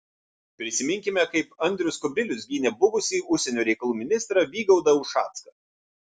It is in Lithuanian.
prisiminkime kaip andrius kubilius gynė buvusį užsienio reikalų ministrą vygaudą ušacką